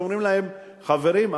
ואומרים להם: חברים,